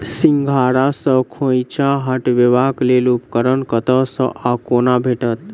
सिंघाड़ा सऽ खोइंचा हटेबाक लेल उपकरण कतह सऽ आ कोना भेटत?